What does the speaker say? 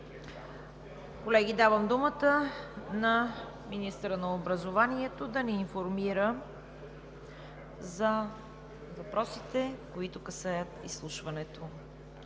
Колеги, давам думата на министъра на образованието да ни информира за въпросите, които касаят изслушването.